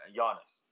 Giannis